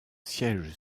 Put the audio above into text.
siège